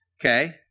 Okay